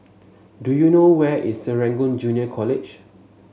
do you know where is Serangoon Junior College